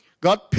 God